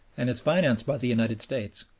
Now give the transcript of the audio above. and is financed by the united states,